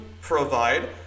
provide